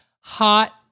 Hot